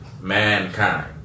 mankind